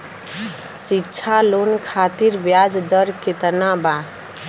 शिक्षा लोन खातिर ब्याज दर केतना बा?